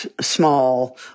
small